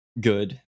good